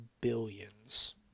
billions